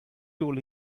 told